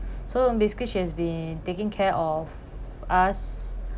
so basically she has been taking care of us